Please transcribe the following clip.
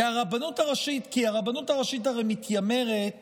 כי הרבנות הראשית הרי מתיימרת